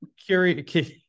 curious